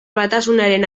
batasunaren